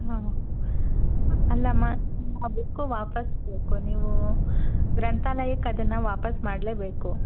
ಹಾಂ ಅಲ್ಲಮ್ಮ ಆ ಬುಕ್ಕು ವಾಪಸ್ಸು ಬೇಕು ನೀವು ಗ್ರಂಥಾಲಯಕ್ಕೆ ಅದನ್ನು ವಾಪಸ್ಸು ಮಾಡಲೇಬೇಕು